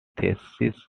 thesis